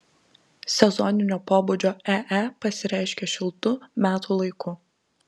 sezoninio pobūdžio ee pasireiškia šiltu metų laiku